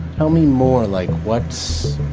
tell me more. like, what's.